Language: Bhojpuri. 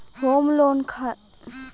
होम लोन हेतु कइसे आवेदन कइल जाला?